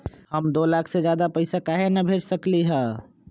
हम दो लाख से ज्यादा पैसा काहे न भेज सकली ह?